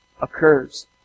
occurs